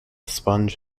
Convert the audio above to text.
sponge